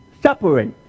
separate